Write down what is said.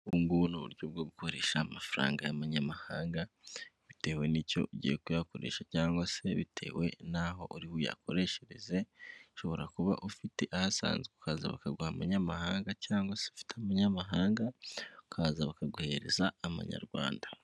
Ubu ngubu ni uburyo bwo gukoresha amafaranga y'amanyamahanga bitewe n'icyo ugiye kuyakoresha cyangwa se bitewe n'aho uri buyakoreshereze, ushobora kuba ufite asanzwe ukaza bakaguha amanyamahanga cyangwa se ufite amanyamahanga ukaza bakaguhereza amanyarwanda.